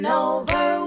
over